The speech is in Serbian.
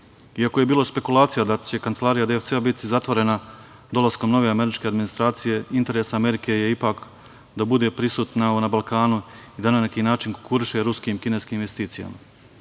Iako je bilo špekulacija da će kancelarija DFC-a biti zatvorena dolaskom nove američke administracije, interes Amerike je, ipak, da bude prisutna na Balkanu i da na neki način konkuriše ruskim i kineskim investicijama.